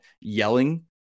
yelling